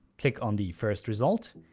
click on the first result,